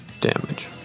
damage